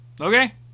Okay